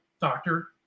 doctor